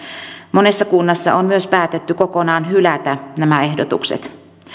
monessa kunnassa on myös päätetty kokonaan hylätä nämä ehdotukset